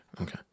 Okay